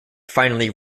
finally